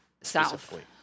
South